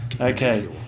Okay